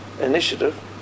initiative